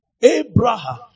Abraham